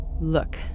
Look